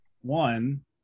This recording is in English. One